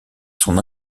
son